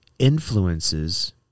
Influences